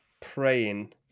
praying